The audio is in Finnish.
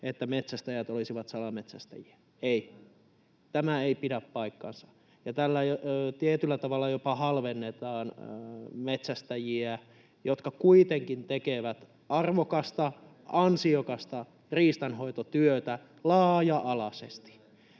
että metsästäjät olisivat salametsästäjiä. Ei, tämä ei pidä paikkaansa. Ja tällä tietyllä tavalla jopa halvennetaan metsästäjiä, jotka kuitenkin tekevät arvokasta, ansiokasta riistanhoitotyötä laaja-alaisesti.